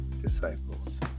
disciples